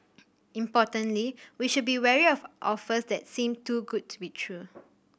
importantly we should be wary of offers that seem too good to be true